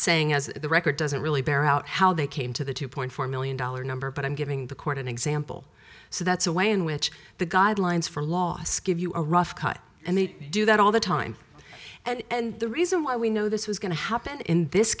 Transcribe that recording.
saying as the record doesn't really bear out how they came to the two point four million dollars number but i'm giving the court an example so that's a way in which the guidelines for loss give you a rough cut and they do that all the time and the reason why we know this was going to happen in this